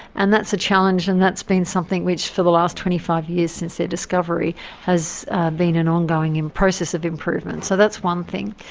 and that's a challenge and that's been something which for the last twenty five years since their discovery has been an ongoing and process of improvement. so that's one thing.